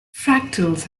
fractals